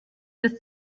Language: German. ist